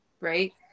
right